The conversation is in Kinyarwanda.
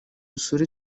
usure